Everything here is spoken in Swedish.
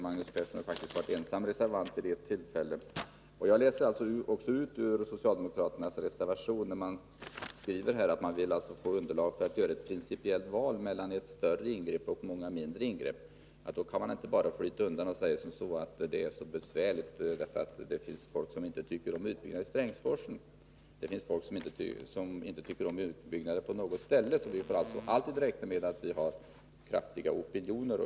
Magnus Persson var faktiskt vid ett tillfälle ensam om att reservera sig i det sammanhanget. I socialdemokraternas reservation sägs att man vill ha underlag för att kunna göra ett principiellt val mellan ett större ingrepp och många mindre. Man skall då inte bara glida undan och säga att det är så besvärligt, därför att det finns människor som inte tycker om en utbyggnad av Strängsforsen. Det finns ständigt sådana som inte tycker att utbyggnader skall göras på något ställe. Vi får således alltid räkna med kraftiga opinioner.